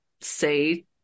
say